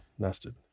nested